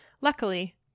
Luckily